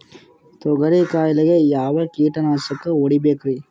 ತೊಗರಿ ಕಾಯಿಗೆ ಯಾವ ಕೀಟನಾಶಕ ಹೊಡಿಬೇಕರಿ?